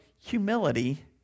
humility